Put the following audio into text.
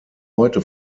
heute